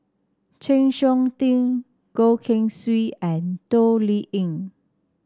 Chng Seok Tin Goh Keng Swee and Toh Liying